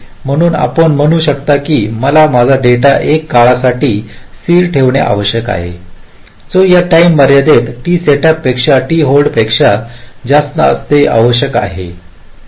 म्हणून आपण म्हणू शकता की मला माझा डेटा एक काळासाठी स्थिर ठेवणे आवश्यक आहे जो या टाईम मर्यादित टी सेटअप पेक्षा टी होल्डपेक्षा जास्त असणे आवश्यक आहे